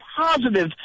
positive